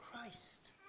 Christ